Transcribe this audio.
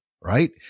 right